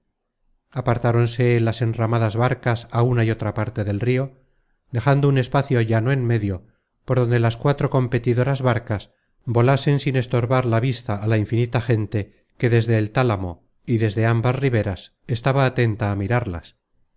venia apartaronse las enramadas barcas á una y otra parte del rio dejando un espacio llano en medio por donde las cuatro competidoras barcas volasen sin estorbar la vista á la infinita gente que desde el tálamo y desde ambas riberas estaba atenta á mirarlas y